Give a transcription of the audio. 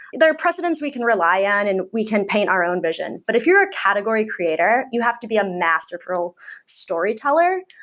there are precedents we can rely on and we can paint our own vision. but if you're ah category creator, you have to be a masterful storyteller.